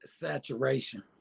Saturation